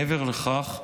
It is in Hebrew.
מעבר לכך,